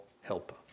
helper